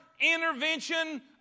intervention